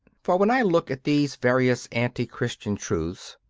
for when i look at these various anti-christian truths,